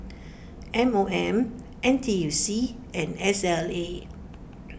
M O M N T U C and S L A